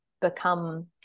become